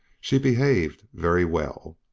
she behaved very well.